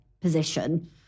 position